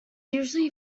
usually